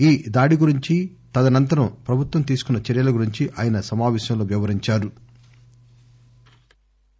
ఈ దాడి గురించి తదనంతరం ప్రభుత్వం తీసుకున్న చర్యల గురించి ఆయన సమాపేశంలో వివరించారు